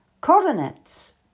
Coronets